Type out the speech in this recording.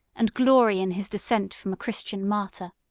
and glory in his descent from a christian martyr.